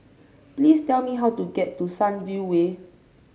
please tell me how to get to Sunview Way